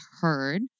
heard